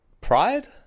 pride